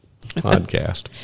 podcast